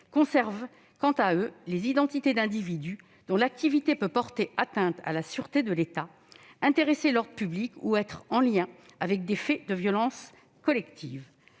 conservées les identités d'individus dont l'activité peut porter atteinte à la sûreté de l'État, intéresser l'ordre public ou être en lien avec des faits de violence collective.